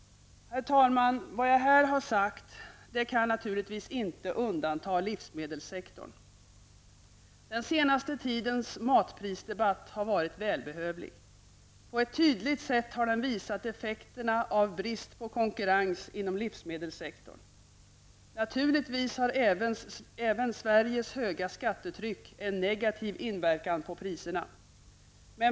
Herr talman! Vad gäller det jag här har sagt kan naturligtvis inte livsmedelssektorn undantas. Den senaste tidens matprisdebatt har varit välbehövlig. På ett tydligt sätt har den visat effekterna av brist på konkurrens inom livsmedelssektorn. Naturligtvis har även Sveriges höga skattetryck en negativ inverkan på priserna.